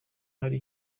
hari